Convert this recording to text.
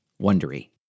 Wondery